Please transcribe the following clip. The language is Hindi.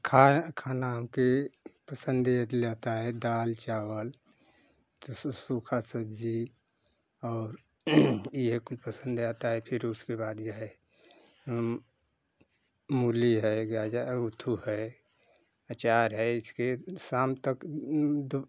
खाए खाना के पसंदीद लाता है दाल चावल जैसे सूखी सब्ज़ी और यह कोई पसंद आता है फिर उसके बाद यह मूली है गाज उथू है आचार है इसके शाम तक दो